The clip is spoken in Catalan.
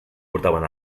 portaven